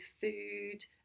food